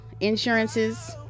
insurances